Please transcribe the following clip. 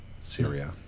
Syria